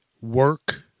work